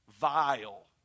Vile